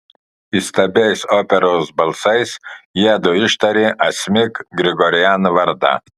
įstabiais operos balsais jiedu ištarė asmik grigorian vardą